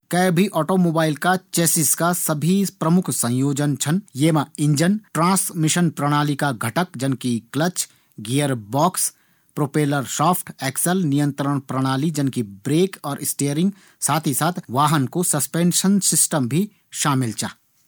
कै भी ऑटोमोबाइल का चैसिस का सभी प्रमुख संयोजन छन। ये मा इंजन, ट्रांसमिशन प्रणाली का घटक जन कि clutch, gear box, propeller shaft, axle, नियंत्रण प्रणाली जन कि ब्रेक और स्टेयरिंग साथ ही साथ वाहन कू ससपेंशन सिस्टम भी शामिल च।